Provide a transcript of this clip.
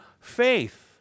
faith